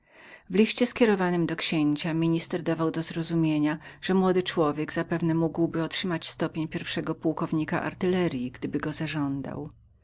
w innym liście do księcia minister dawał mu do zrozumienia że młody człowiek zapewne mógłby otrzymać stopień pierwszego pułkownika artyleryi gdyby go